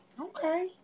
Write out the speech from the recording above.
Okay